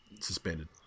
suspended